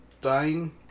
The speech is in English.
dying